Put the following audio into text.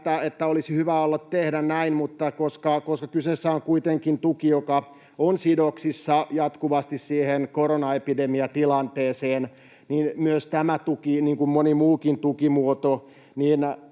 että olisi hyvä ollut tehdä näin. Mutta koska kyseessä on kuitenkin tuki, joka on sidoksissa jatkuvasti siihen koronaepidemiatilanteeseen, niin myös tämä tuki, niin kuin moni muukin tukimuoto,